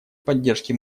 поддержке